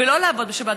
ולא לעבוד בשבת,